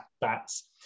bats